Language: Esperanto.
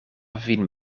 vin